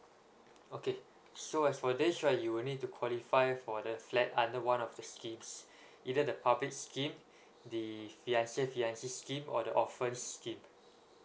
okay so as for this right you will need to qualify for the flat under one of the schemes either the public scheme the fiancé fiancée scheme or the orphan scheme